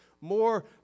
more